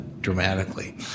dramatically